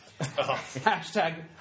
Hashtag